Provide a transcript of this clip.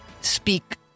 speak